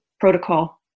protocol